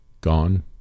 gone